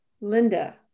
Linda